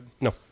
No